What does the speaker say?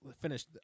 finish